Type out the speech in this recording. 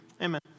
Amen